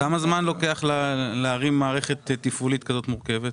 כמה זמן לוקח להרים מערכת תפעולית כזאת מורכבת?